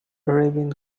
arabian